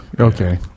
Okay